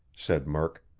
said murk.